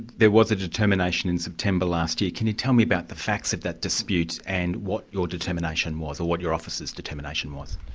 there was a determination in september last year, can you tell me about the facts of that dispute and what your determination was, or what your office's determination was?